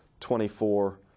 24